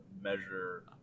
measure